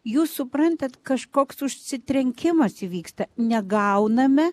jūs suprantat kažkoks užsitrenkimas įvyksta negauname